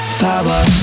power